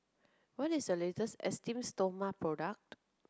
what is the latest Esteem Stoma product